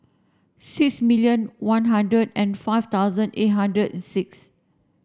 six million one hundred and five thousand eight hundred and six